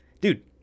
dude